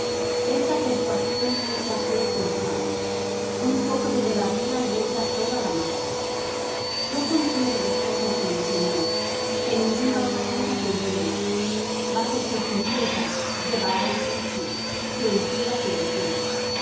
esta persuasión no es de aquel que os llama un poco de levadura leuda toda la masa yo confío de vosotros en el señor que ninguna otra cosa sentiréis mas el que os inquieta llevará el juicio quienquiera que él sea